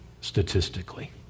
statistically